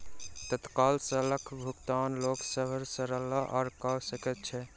तत्काल सकल भुगतान लोक सभ सरलता सॅ कअ सकैत अछि